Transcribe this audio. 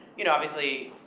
you know, obviously,